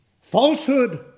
falsehood